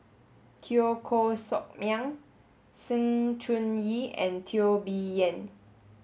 Teo Koh Sock Miang Sng Choon Yee and Teo Bee Yen